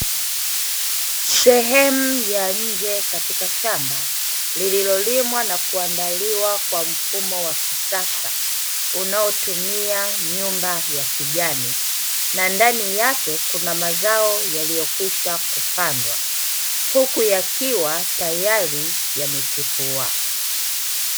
Sehemu ya nje katika shamba lililolimwa na kuandaliwa kwa mfumo wa kisasa, unaotumia nyumba ya kijani, na ndani yake kuna mazao yaliyopandwa tayari, huku yakiwa yamechepuka.